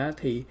thì